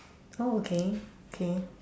oh okay okay